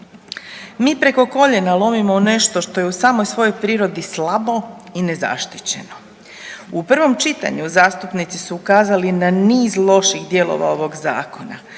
Mi preko koljena lomimo nešto što je u samoj svojoj prirodi slabo i nezaštićeno. U prvom čitanju zastupnici su ukazali na niz loših dijelova ovog zakona,